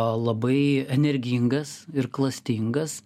labai energingas ir klastingas